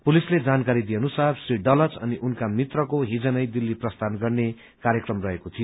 पुलिसले जानकारी दिए अनुसार श्री डलच अनि उनका मित्रको हिज नै दिल्ली प्रस्थान गर्ने कार्यक्रम रहेको थियो